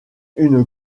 une